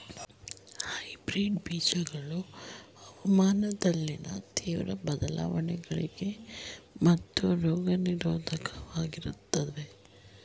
hybrid ಬೀಜಗಳು ಹವಾಮಾನದಲ್ಲಿನ ತೀವ್ರ ಬದಲಾವಣೆಗಳಿಗೆ ಮತ್ತು ರೋಗ ನಿರೋಧಕವಾಗಿರುತ್ತವೆ